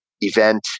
event